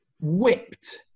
Whipped